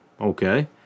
Okay